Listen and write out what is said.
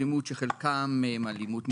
שחלקם הם אלימות מילולית,